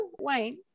Wayne